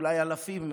אולי אלפים,